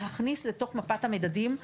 בהיבט הזה אנחנו מובילים,